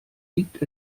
liegt